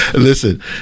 Listen